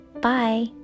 bye